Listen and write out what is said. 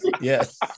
Yes